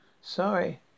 Sorry